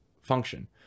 function